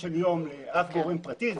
אף גורם פרטי.